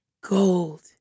gold